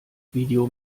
video